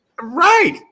Right